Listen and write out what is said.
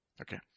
Okay